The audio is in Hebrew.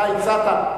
אתה הצעת.